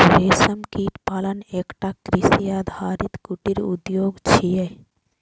रेशम कीट पालन एकटा कृषि आधारित कुटीर उद्योग छियै